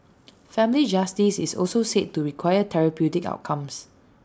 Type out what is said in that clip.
family justice is also said to require therapeutic outcomes